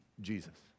Jesus